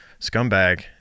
scumbag